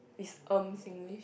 is erm Singlish